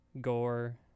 gore